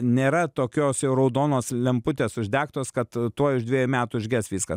nėra tokios jau raudonos lemputės uždegtos kad tuoj už dviejų metų užges viskas